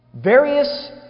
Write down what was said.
Various